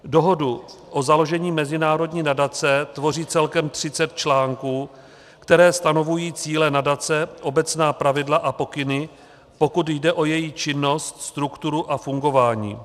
Dohodu o založení mezinárodní nadace tvoří celkem 30 článků, které stanovují cíle nadace, obecná pravidla a pokyny, pokud jde o její činnost, strukturu a fungování.